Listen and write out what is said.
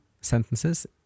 sentences